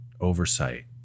oversight